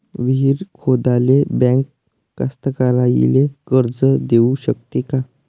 विहीर खोदाले बँक कास्तकाराइले कर्ज देऊ शकते का?